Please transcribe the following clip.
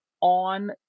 on